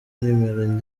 nimero